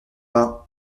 vingt